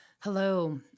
Hello